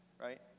right